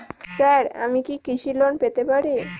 Sir আমি কি কৃষি লোন পেতে পারি?